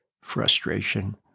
Frustration